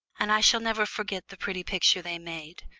and i shall never forget the pretty picture they made.